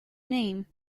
name